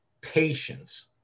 patience